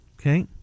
Okay